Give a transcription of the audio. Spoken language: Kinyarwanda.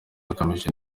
abangamiwe